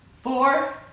four